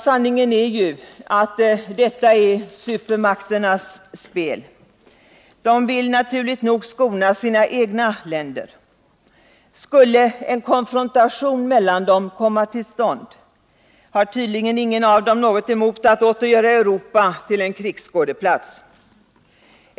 Sanningen är ju att detta är supermakternas spel. De vill naturligt nog skona sina egna länder. Skulle en konfrontation mellan dem komma till stånd har tydligen ingen av dem något emot att åter göra Europa till en krigsskådeplats.